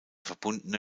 verbundene